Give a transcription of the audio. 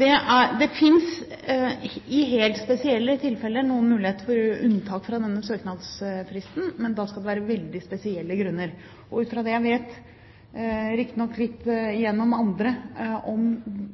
Det finnes i helt spesielle tilfeller noen muligheter for unntak fra denne søknadsfristen – men da skal det være veldig spesielle grunner. Ut fra det jeg vet, riktignok litt gjennom andre, om